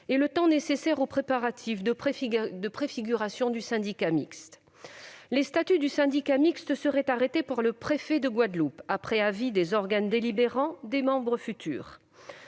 et le temps nécessaire aux préparatifs de préfiguration du syndicat mixte. Les statuts du syndicat mixte seraient arrêtés par le préfet de la Guadeloupe, après avis des organes délibérants des futurs